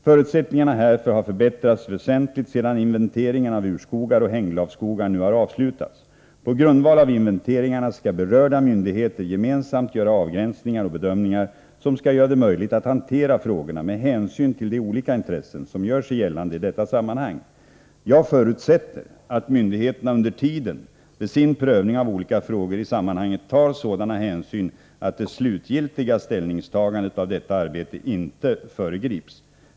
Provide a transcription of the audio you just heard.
Förutsättningarna härför har förbättrats väsentligt sedan inventeringarna av urskogar och hänglavskogar nu har avslutats. På grundval av inventeringarna skall berörda myndigheter gemensamt göra avgränsningar och bedömningar, som skall göra det möjligt att hantera frågorna med hänsyn till de olika intressen som gör sig gällande i detta sammanhang. Jag förutsätter att myndigheterna under tiden vid sin prövning av olika frågor i sammanhanget tar sådana hänsyn att det slutgiltiga ställningstagandet vad gäller detta arbete inte föregrips.